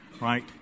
right